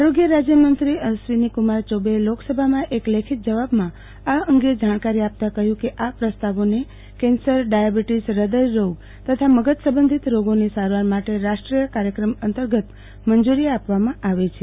આરોગ્ય રાજ્યમંત્રી અશ્વિનીકુમાર યૌબેએ લોકસભામાં એક લેખિત જવાબમાં આ અંગે જાણકારી આપતા કહ્યુ કે આ પ્રસ્તાવોને કેન્સરડાયાબિટીસહ્યદયરોગ તથા મગજ સંબંધિત રોગોની સારવાર માટે રાષ્ટ્રીય કાર્યક્રમ અંતર્ગત મંજુરી આપવામાં આવી છે